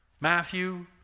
Matthew